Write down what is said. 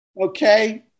Okay